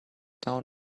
down